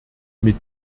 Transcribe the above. mit